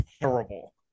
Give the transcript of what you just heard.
terrible